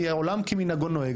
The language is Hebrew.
עולם כמנהגו נוהג.